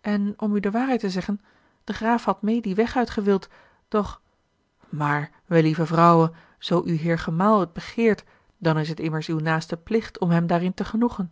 en om u de waarheid te zeggen de graaf had meê dien weg uit gewild doch maar wellieve vrouwe zoo uw heer gemaal het begeert dan is het immers uw naaste plicht om hem daarin te genoegen